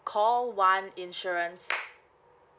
call one insurance